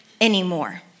anymore